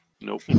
Nope